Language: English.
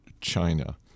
China